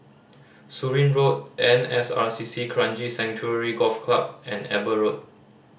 Surin Road N S R C C Kranji Sanctuary Golf Club and Eber Road